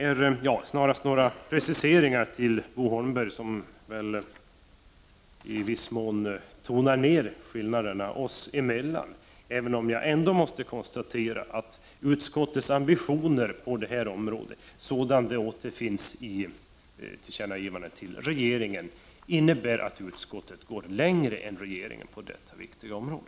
Jag ville snarast, Bo Holmberg, göra några preciseringar som väl i viss mån tonar ner skillnaderna oss emellan, även om jag måste konstatera att utskottets ambitioner på det här området, såsom de återfinns i tillkännagivandet till regeringen, innebär att utskottet går längre än regeringen på detta viktiga område.